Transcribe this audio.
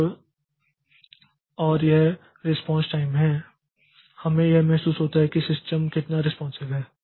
तो और वह रिस्पांस टाइम है और हमें यह महसूस होता है कि सिस्टम कितना रेस्पॉन्सिव है